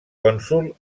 cònsol